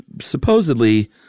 supposedly